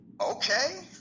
okay